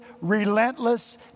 relentless